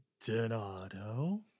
Donato